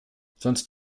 sonst